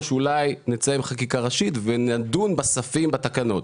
שאולי נצא עם חקיקה ראשית ונדון בספים בתקנות.